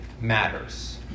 matters